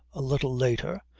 a little later.